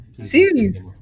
series